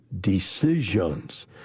decisions